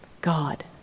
God